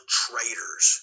traitors